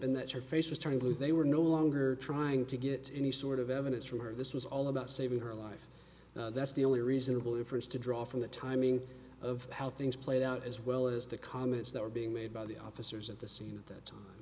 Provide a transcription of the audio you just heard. and that her face was turning blue they were no longer trying to get any sort of evidence from her this was all about saving her life that's the only reasonable inference to draw from the timing of how things played out as well as the comments that were being made by the officers at the scene that th